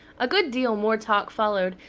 a good deal more talk followed,